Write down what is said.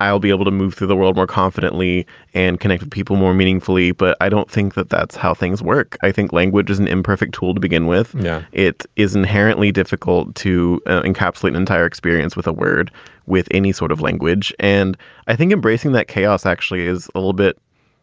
i'll be able to move through the world more confidently and connect with people more meaningfully. but i don't think that that's how things work. i think language is an imperfect tool to begin with. yeah, it is inherently difficult to encapsulate the entire experience with a word with any sort of language. and i think embracing that chaos actually is a little bit